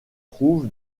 trouve